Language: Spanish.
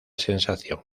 sensación